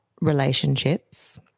relationships